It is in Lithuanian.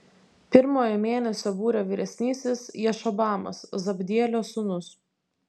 pirmojo mėnesio būrio vyresnysis jašobamas zabdielio sūnus